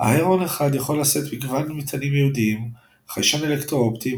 ההרון 1 יכול לשאת מגוון מטענים ייעודיים חיישן אלקטרו-אופטי,